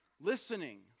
Listening